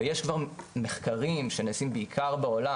ויש כבר מחקרים שנעשים בעיקר בעולם,